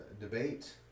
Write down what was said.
debate